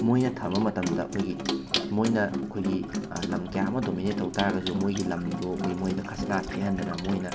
ꯃꯣꯏꯅ ꯊꯝꯕ ꯃꯇꯝꯗ ꯑꯩꯈꯣꯏꯒꯤ ꯃꯣꯏꯅ ꯑꯩꯈꯣꯏꯒꯤ ꯂꯝ ꯀꯌꯥ ꯑꯃ ꯗꯣꯃꯤꯅꯦꯠ ꯇꯧꯕ ꯇꯥꯔꯒꯁꯨ ꯃꯣꯏꯒꯤ ꯂꯝꯗꯣ ꯑꯩꯈꯣꯏꯒꯤ ꯃꯣꯏꯗ ꯈꯖꯅꯥ ꯊꯤꯍꯟꯗꯅ ꯃꯣꯏꯅ